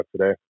today